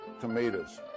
tomatoes